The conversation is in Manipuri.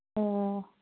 ꯑꯣ